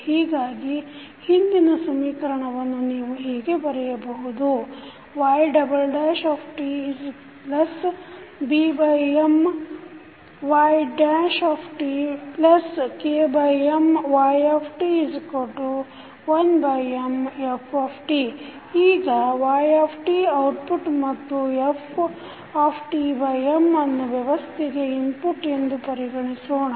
ಹೀಗಾಗಿ ಹಿಂದಿನ ಸಮೀಕರಣವನ್ನು ನೀವು ಹೀಗೆ ಬರೆಯಬಹುದು ytBMytKMyt1Mft ಈಗ yt ಔಟ್ಪುಟ್ ಮತ್ತು fM ಅನ್ನು ವ್ಯವಸ್ಥೆಗೆ ಇನ್ಪುಟ್ ಎಂದು ಪರಿಗಣಿಸೋಣ